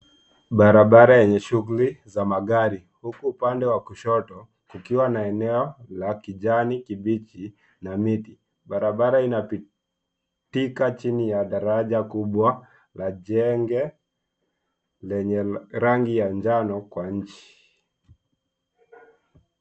Barabara yenye shughuli za magari huku upande wa kushoto kukiwa na eneo la kijani kibichi na miti. Barabara inapitika chini ya daraja kubwa la jengo lenye rangi ya njano kwa nje.